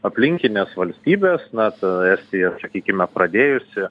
aplinkinės valstybės na ta estija sakykime pradėjusi